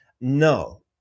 No